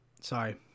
Sorry